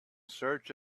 search